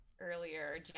earlier